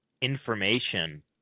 information